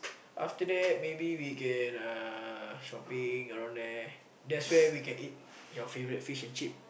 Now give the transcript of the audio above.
after that maybe we can uh shopping around there that's where we can eat your favourite fish and chip